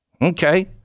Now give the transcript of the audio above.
Okay